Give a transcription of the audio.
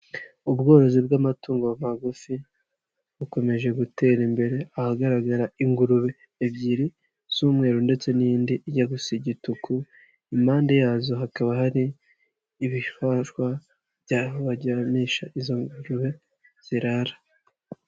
Ubworozi bw'amatungo bugufi bukomeje gutera imbere, ahagaragara ingurube ebyiri z'umweru ndetse n'indi ijya gusa igituku, impande yazo hakaba hari ibishwashwa byaho baryamisha izo ngurube zirara.